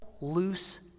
loose